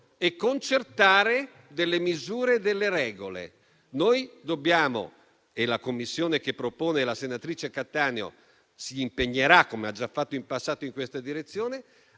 e concertare delle misure e delle regole. Noi dobbiamo - e la Commissione che propone la senatrice Cattaneo si impegnerà, come ha già fatto in passato, in questa direzione